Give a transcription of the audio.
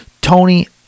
Tony